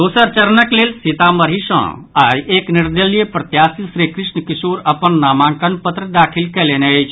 दोसर चरणक लेल सीतामढ़ी सँ आई एक निर्दलीय प्रत्याशी श्रीकृष्ण किशोर अपन नामांकन पत्र दाखिल कयलनि अछि